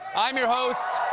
i'm your host